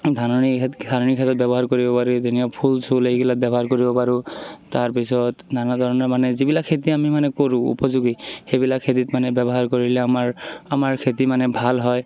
ধাননি ক্ষেত ধাননি ক্ষেত্ৰত ব্যৱহাৰ কৰিব পাৰি ধুনীয়া ফুল চুল এইগিলাত ব্যৱহাৰ কৰিব পাৰোঁ তাৰপিছত নানা ধৰণৰ মানে যিবিলাক খেতি আমি মানে কৰোঁ উপযোগী সেইবিলাক খেতিত মানে ব্যৱহাৰ কৰিলে আমাৰ আমাৰ খেতি মানে ভাল হয়